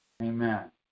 Amen